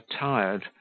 tired